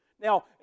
Now